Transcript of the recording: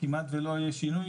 כמעט ולא יהיה שינוי,